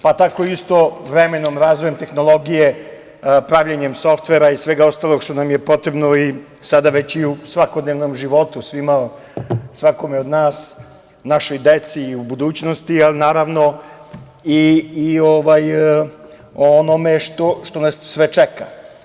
Pa, tako isto vremenom, razvojem tehnologije, pravljenjem softvera i svega ostalog što nam je potrebno i sada već i u svakodnevnom životu svima, svakome od nas, našoj deci i u budućnosti, ali naravno i o onome što nas sve čeka.